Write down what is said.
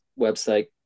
website